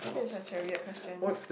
that's such a weird question